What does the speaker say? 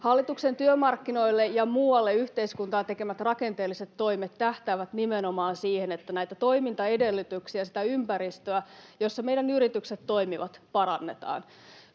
Hallituksen työmarkkinoille ja muualle yhteiskuntaan tekemät rakenteelliset toimet tähtäävät nimenomaan siihen, että näitä toimintaedellytyksiä ja sitä ympäristöä, jossa meidän yritykset toimivat, parannetaan.